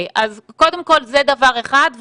קודם כל זה דבר אחד.